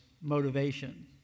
motivation